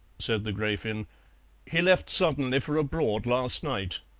said the grafin he left suddenly for abroad last night.